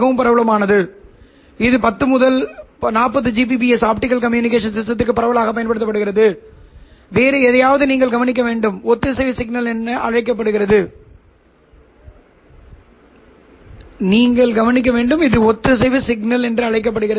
இந்த 1√2 குறிக்கிறது பெருக்கங்கள் 1 2 ஆகப் பிரிக்கப்படுகின்றன இதனால் சக்திகள் பாதியாகப் பிரிக்கப்படுகின்றன எனவே இந்த கப்ளர் மேட்ரிக்ஸை சமன்பாட்டிற்குப் பயன்படுத்துகிறது பின்னர் இந்த பகுதியை புறக்கணிக்கிறது